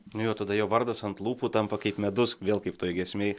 nu jo tada jo vardas ant lūpų tampa kaip medus vėl kaip toj giesmėj